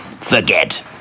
forget